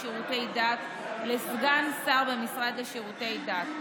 לשירותי דת לסגן שר במשרד לשירותי דת.